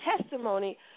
testimony